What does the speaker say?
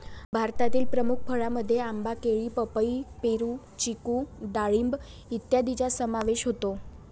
भारतातील प्रमुख फळांमध्ये आंबा, केळी, पपई, पेरू, चिकू डाळिंब इत्यादींचा समावेश होतो